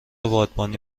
بادبانی